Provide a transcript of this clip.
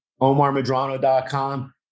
omarmadrano.com